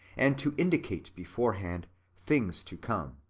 and to indicate beforehand things to come.